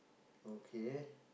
okay